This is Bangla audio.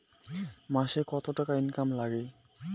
মাসে কত টাকা ইনকাম নাগে?